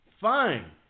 Fine